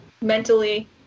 mentally